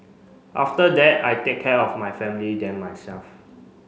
after that I take care of my family then myself